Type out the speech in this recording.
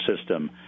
system